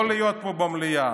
לא להיות פה במליאה.